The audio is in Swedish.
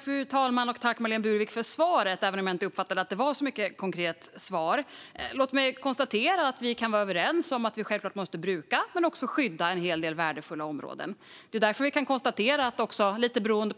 Fru talman! Jag tackar Marlene Burwick för svaret, även om jag inte uppfattade att det var ett särskilt konkret svar. Låt mig konstatera att vi kan vara överens om att vi självklart måste bruka men även skydda en hel del värdefulla områden. Det är därför, kan vi konstatera, som mellan